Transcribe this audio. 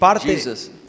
Jesus